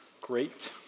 great